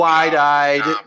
Wide-eyed